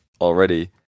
already